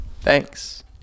thanks